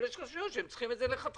אבל יש רשויות שצריכות את זה מלכתחילה.